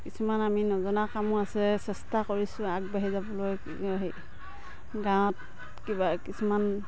কিছুমান আমি নজনা কামো আছে চেষ্টা কৰিছোঁ আগবাঢ়ি যাবলৈ গাঁৱত কিবা কিছুমান